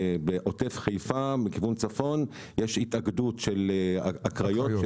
בעוטף חיפה מכיוון צפון יש התאגדות של הקריות,